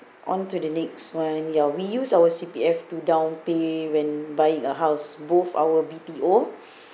onto the next one ya we use our C_P_F to downpay when buying a house both our B_T_O